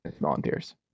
Volunteers